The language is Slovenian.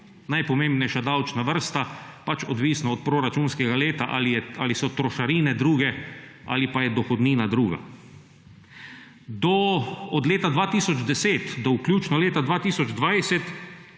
najpomembnejša davčna vrsta, pač odvisno od proračunskega leta, ali so trošarine druge ali pa je dohodnina druga. Od leta 2010 do vključno leta 2020